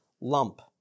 lump